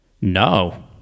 No